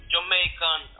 Jamaican